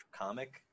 comic